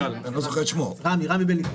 רם בלינקוב.